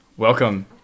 Welcome